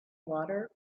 water